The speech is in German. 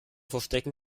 verstecken